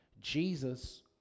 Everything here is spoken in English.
Jesus